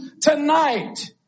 tonight